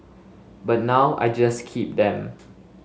but now I just keep them